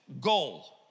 Goal